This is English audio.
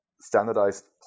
standardized